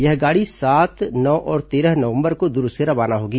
यह गाड़ी सात नो और तेरह नवंबर को दुर्ग से रवाना होगी